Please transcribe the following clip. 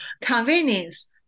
convenience